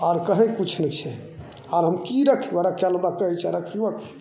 आओर कहीँ किछु नहि छै आओर हम रखिअऽ रखैले हमरा कहै छऽ रखिअऽ कि